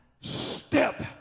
step